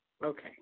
Okay